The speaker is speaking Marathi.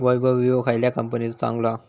वैभव विळो खयल्या कंपनीचो चांगलो हा?